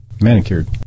Manicured